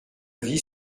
vie